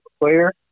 player